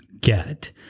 get